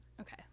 Okay